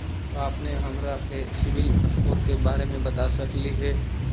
का अपने हमरा के सिबिल स्कोर के बारे मे बता सकली हे?